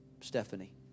Stephanie